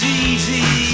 easy